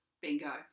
Bingo